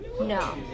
No